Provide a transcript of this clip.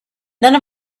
none